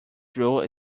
through